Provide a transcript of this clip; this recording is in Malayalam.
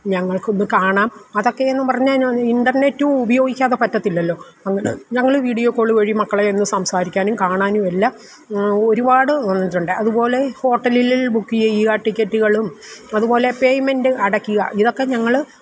ഞങ്ങൾക്കൊന്ന് കാണാം അതൊക്കെന്ന് പറഞ്ഞാൽ ഇൻറ്റർനെറ്റ് ഉപയോഗിക്കാതെ പറ്റത്തില്ലല്ലോ ഞങ്ങള് വീഡിയോ കോള് വഴി മക്കളെ ഒന്ന് സംസാരിക്കാനും കാണാനും എല്ലാം ഒരുപാട് വന്നിട്ടുണ്ട് അതുപോലെ ഹോട്ടെലിലിൽ ബുക്ക് ചെയ്യുക ടിക്കെറ്റുകളും അതുപോലെ പേയ്മെൻറ്റ് അടക്കുക ഇതൊക്കെ ഞങ്ങള്